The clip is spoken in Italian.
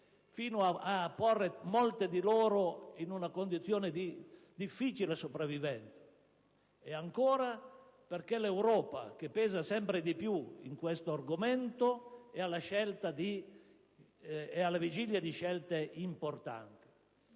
fino a porre molte di loro in una condizione di difficile sopravvivenza, e ancora, perché l'Europa, che pesa sempre più in questo settore, è alla vigilia di scelte importanti.